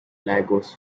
lagos